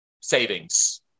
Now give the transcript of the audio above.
savings